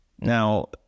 Now